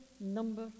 number